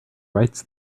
writes